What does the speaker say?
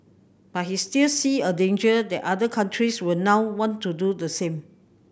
but he still see a danger that other countries will now want to do the same